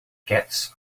gets